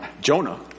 Jonah